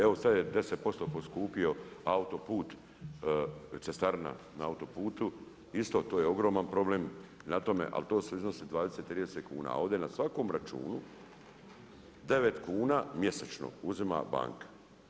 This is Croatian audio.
Evo sad je 10% poskupio autoput, cestarina na autoputu, isto, to je ogroman problem na tome, ali to iznosi 20, 30 kuna, a ovdje na svakom računu 9 kuna mjesečno uzima banka.